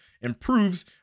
improves